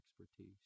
expertise